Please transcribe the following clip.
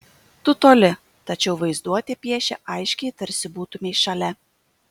tu toli tačiau vaizduotė piešia aiškiai tarsi būtumei šalia